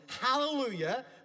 Hallelujah